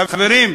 חברים,